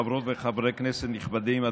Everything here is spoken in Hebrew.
חברות וחברי כנסת נכבדים,